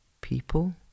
People